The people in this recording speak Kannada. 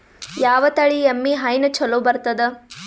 ಯಾವ ತಳಿ ಎಮ್ಮಿ ಹೈನ ಚಲೋ ಬರ್ತದ?